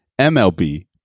MLB